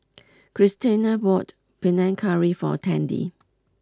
Christena bought Panang Curry for Tandy